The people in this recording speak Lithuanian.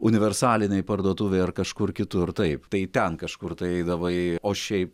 universalinėj parduotuvėj ar kažkur kitur taip tai ten kažkur tai eidavai o šiaip